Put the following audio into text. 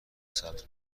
سبز